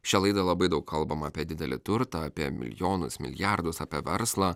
šią laidą labai daug kalbam apie didelį turtą apie milijonus milijardus apie verslą